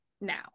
now